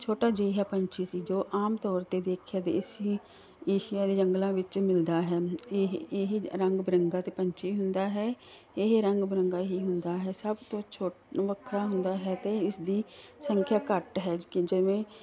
ਛੋਟਾ ਜਿਹਾ ਪੰਛੀ ਸੀ ਜੋ ਆਮ ਤੌਰ 'ਤੇ ਦੇਖਿਆ ਅਤੇ ਇਸੇ ਏਸ਼ੀਆ ਦੇ ਜੰਗਲਾਂ ਵਿੱਚ ਮਿਲਦਾ ਹੈ ਇਹ ਇਹ ਰੰਗ ਬਰੰਗਾ ਅਤੇ ਪੰਛੀ ਹੁੰਦਾ ਹੈ ਇਹ ਰੰਗ ਬਰੰਗਾ ਹੀ ਹੁੰਦਾ ਹੈ ਸਭ ਤੋਂ ਛੋਟਾ ਵੱਖਰਾ ਹੁੰਦਾ ਹੈ ਅਤੇ ਇਸਦੀ ਸੰਖਿਆ ਘੱਟ ਹੈ ਕਿ ਜਿਵੇਂ